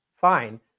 fine